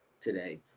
today